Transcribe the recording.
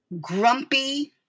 grumpy